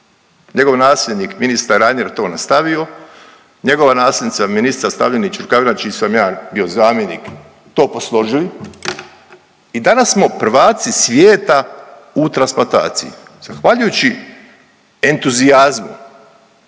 njegov nasljednik ministar Reiner je to nastavio, njegova nasljednica ministrica Stavljenić Rukavina, čiji sam ja bio zamjenik, to posložili i danas smo prvaci svijeta u transplantaciji zahvaljujući entuzijazmu